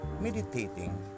meditating